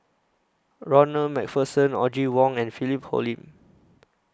Ronald MacPherson Audrey Wong and Philip Hoalim